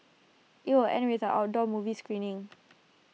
IT will end with an outdoor movies screening